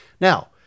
Now